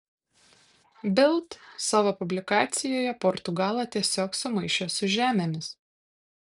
bild savo publikacijoje portugalą tiesiog sumaišė su žemėmis